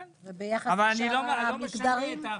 כן, אבל אני לא משנה את האחוזים.